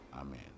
Amen